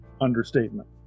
understatement